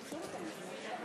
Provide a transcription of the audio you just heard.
אני יודע שאתה ניסית לדבר